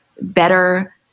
better